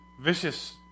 vicious